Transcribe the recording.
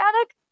attic